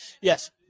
Yes